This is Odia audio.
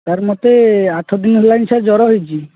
ସାର୍ ମୋତେ ଆଠ ଦିନ ହେଲାଣି ସାର୍ ଜ୍ଵର ହେଇଛି